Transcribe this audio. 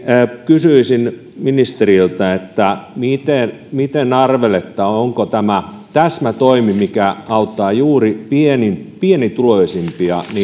kysyisin ministeriltä miten miten arvelette onko tämä täsmätoimi mikä auttaa juuri pienituloisimpia